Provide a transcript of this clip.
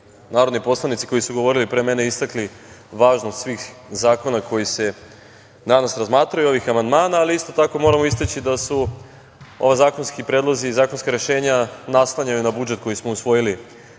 narodni poslanici koji su govorili pre mene istakli važnost svih zakona koji se danas razmatraju i ovih amandmana. Ali, isto tako, moramo istaći da ovi zakonski predlozi i zakonska rešenja naslanjaju na budžet koji smo usvojili